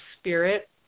spirit